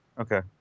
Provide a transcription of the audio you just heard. Okay